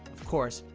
of course,